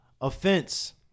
Offense